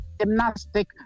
gymnastic